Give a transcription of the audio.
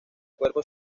cuerpo